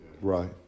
Right